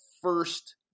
first